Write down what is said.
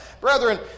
Brethren